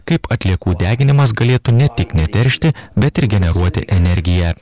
kaip atliekų deginimas galėtų ne tik neteršti bet ir generuoti energiją